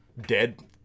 dead